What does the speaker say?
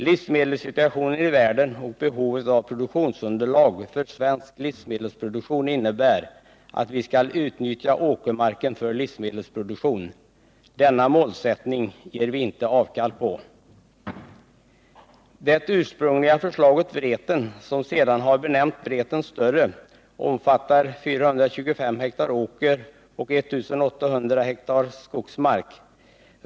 Livsmedelssituationen i världen och behovet av produktionsunderlag för svensk livsmedelsproduktion motiverar att åkermarken utnyttjas för jordbruksändamål. Denna målsättning gör vi inte avkall på. Det ursprungliga förslaget Vreten, som sedan har benämnts Vreten större, omfattar 425 hektar åker och 1800 hektar skogsmark.